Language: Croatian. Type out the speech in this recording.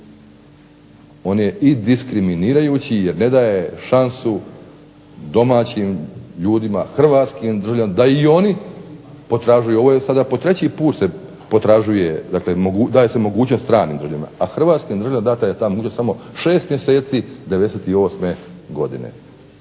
On je diskriminirajući jer ne daje šansu domaćim ljudima, hrvatskim državljanima da i oni potražuju. Dakle ovo je sada po treći puta se potražuje dakle daje se mogućnost stranim državljanima, a hrvatskim državljanima data je ta mogućnost 6 mjeseci '98. godine.